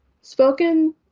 Spoken